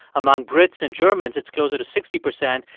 among brits and germans, it's closer to sixty percent.